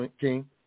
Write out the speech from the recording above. King